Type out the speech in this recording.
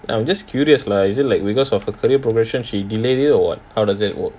I'm just curious lah is it like because of her career progression she delayed it or what how does it work